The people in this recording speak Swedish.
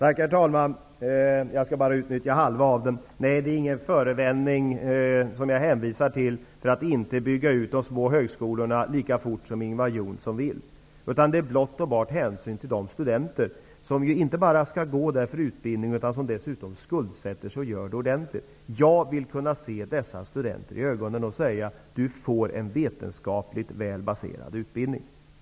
Herr talman! Nej, det är ingen förevändning som jag använder mig av för att man inte skall bygga ut de små högskolorna i den takt som Ingvar Johnsson vill. Det är blott och bart hänsyn till de studenter som skall utbilda sig och dessutom måste skuldsätta sig ordentligt. Jag vill kunna se dessa studenter i ögonen och säga att de får en vetenskapligt väl baserad utbildning.